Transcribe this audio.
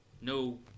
no